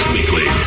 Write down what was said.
Weekly